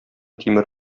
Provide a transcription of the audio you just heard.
тимер